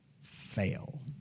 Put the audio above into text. fail